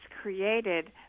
created